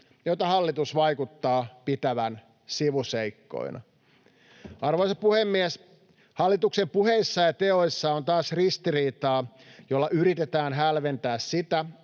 joita hallitus vaikuttaa pitävän sivuseikkoina. Arvoisa puhemies! Hallituksen puheissa ja teoissa on taas ristiriitaa, jolla yritetään hälventää sitä,